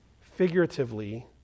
figuratively